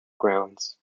grounds